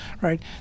right